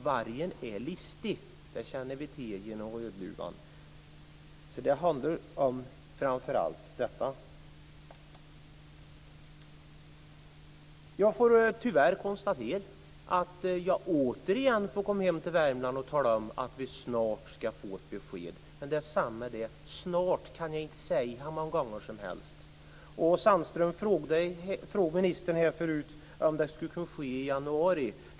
Vargen är listig, det känner vi till genom Rödluvan. Det handlar alltså framför allt om detta. Jag får tyvärr konstatera att jag återigen får komma hem till Värmland och tala om att vi snart ska få ett besked. Men "snart" kan jag inte säga hur många gånger som helst. Sandström frågade ministern förut om det skulle kunna ske i januari.